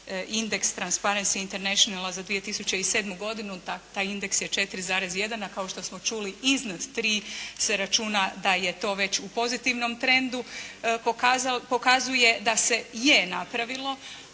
indeks "Transparency international" za 2007. godinu, taj indeks je 4,1, a kao što smo čuli iznad 3 se računa da je to već u pozitivnom trendu, pokazuje da se je napravilo,